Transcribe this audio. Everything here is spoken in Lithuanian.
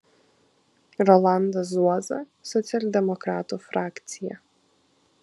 rolandas zuoza socialdemokratų frakcija